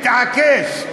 מתעקש,